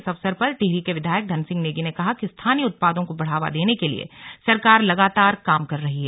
इस अवसर पर टिहरी के विधायक धन सिंह नेगी ने कहा कि स्थानीय उत्पादों को बढ़ावा देने के लिए सरकार लगातार काम कर रही है